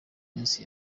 minsi